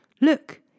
Look